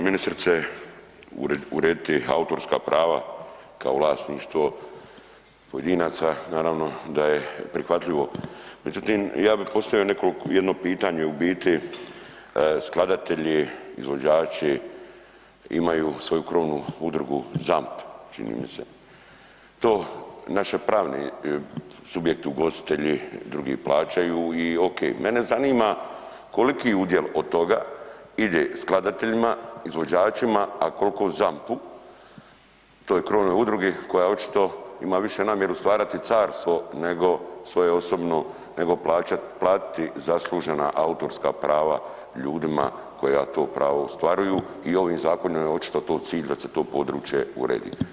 Ministrice, urediti autorska prava kao vlasništvo pojedinaca, naravno da je prihvatljivo, međutim ja bi postavio jedno pitanje, u biti, skladatelji, izvođači, imaju svoju krovnu udrugu ZAMP, čini mi se, to naše pravni subjekti, ugostitelji, drugi plaćaju i ok, mene zanima koliki udjel od toga ide skladateljima, izvođačima a koliko ZAMP-u, toj krovnoj udruzi koja očito ima više namjeru stvarati carstvo svoje osobno nego platiti zaslužena autorska prava ljudima koja to pravo ostvaruju i ovim zakonom je očito to cilj da se to područje uredi.